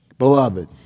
Beloved